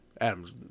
Adam's